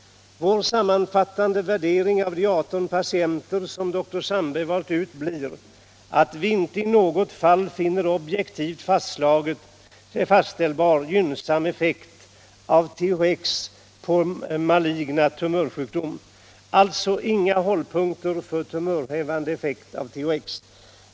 Vår sammanfattande värdering av de 18 patienter som dr Sandberg valt ut blir, att vi icke i något fall finner någon objektivt fastställbar gynnsam effekt av THX på malign tumörsjukdom, alltså inga hållpunkter för tumörhämmande effekt av THX.